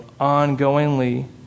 ongoingly